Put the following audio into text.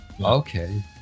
Okay